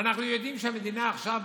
אנחנו יודעים שהמדינה עכשיו,